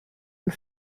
and